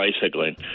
bicycling